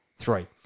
Three